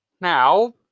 Now